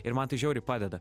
ir man tai žiauriai padeda